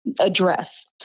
address